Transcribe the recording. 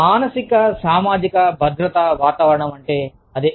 మానసిక సామాజిక భద్రత వాతావరణం అనగా అదే